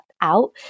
out